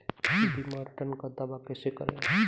बीमा रिटर्न का दावा कैसे करें?